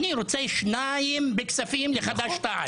אני רוצה שניים בכספים לחד"ש-תע"ל.